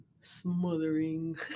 smothering